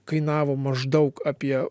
kainavo maždaug apie